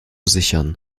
sichern